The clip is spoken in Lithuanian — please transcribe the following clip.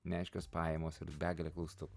neaiškios pajamos ir begalė klaustukų